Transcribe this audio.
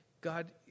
God